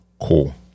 cool